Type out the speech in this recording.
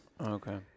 Okay